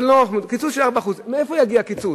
קיצוץ של 4%. מאיפה יגיע הקיצוץ?